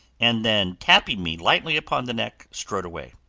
and then, tapping me lightly upon the neck, strode away,